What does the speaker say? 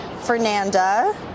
Fernanda